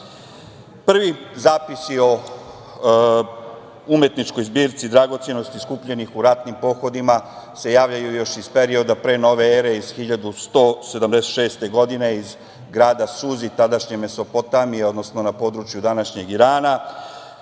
zapisi o umetničkoj zbirci dragocenosti skupljenih u ratnim pohodima se javljaju još iz perioda pre nove ere, iz 1176. godine, iz grada Suzi, tadašnje Mesopotamije, odnosno na području današnjeg Irana.